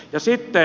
ja sitten